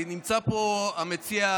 נמצא פה המציע,